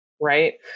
right